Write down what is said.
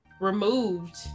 removed